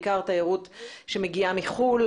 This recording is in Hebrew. בעיקר תיירות שמגיעה מחוץ לארץ,